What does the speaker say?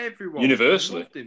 universally